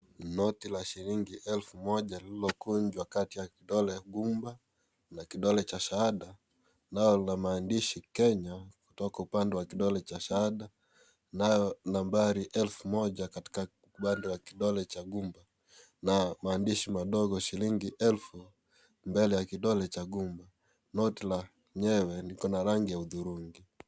Noti la shilingi elfu moja lililokunjwa kati ya kidole gumba na kidole cha shahada nayo lina maandishi Kenya kutoka upande wa kidole cha shahada nayo nambari elfu moja katika bando la kidole cha gumba na maandishi madogo shilingi elfu mbele ya kidole cha gumba . Noti lenyewe likona rangi ya hudhurungi.